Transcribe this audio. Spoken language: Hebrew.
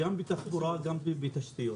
גם בתחבורה וגם בתשתיות.